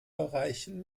bereichen